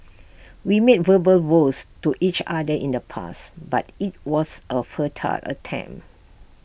we made verbal vows to each other in the past but IT was A futile attempt